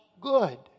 good